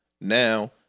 Now